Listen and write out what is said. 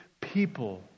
people